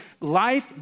life